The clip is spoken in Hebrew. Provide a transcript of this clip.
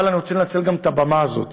אבל אני רוצה לנצל את הבמה הזאת